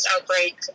outbreak